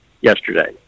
yesterday